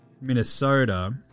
Minnesota